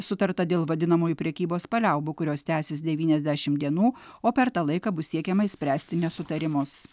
sutarta dėl vadinamųjų prekybos paliaubų kurios tęsis devyniasdešim dienų o per tą laiką bus siekiama išspręsti nesutarimus